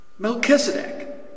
Melchizedek